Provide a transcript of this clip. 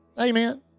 Amen